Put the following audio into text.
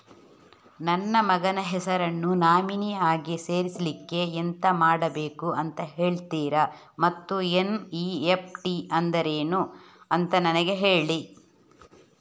ನನ್ನ ಮಗನ ಹೆಸರನ್ನು ನಾಮಿನಿ ಆಗಿ ಸೇರಿಸ್ಲಿಕ್ಕೆ ಎಂತ ಮಾಡಬೇಕು ಅಂತ ಹೇಳ್ತೀರಾ ಮತ್ತು ಎನ್.ಇ.ಎಫ್.ಟಿ ಅಂದ್ರೇನು ಅಂತ ನನಗೆ ಹೇಳಿ